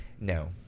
No